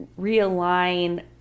realign